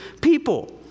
people